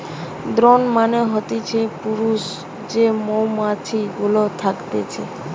drone মানে হতিছে পুরুষ যে মৌমাছি গুলা থকতিছে